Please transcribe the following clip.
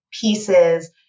pieces